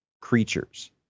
creatures